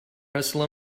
hustle